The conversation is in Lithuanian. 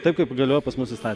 taip kaip galioja pas mus įstatymai